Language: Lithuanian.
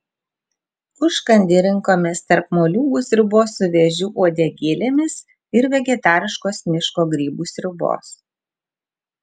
užkandį rinkomės tarp moliūgų sriubos su vėžių uodegėlėmis ir vegetariškos miško grybų sriubos